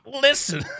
listen